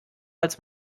als